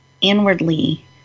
inwardly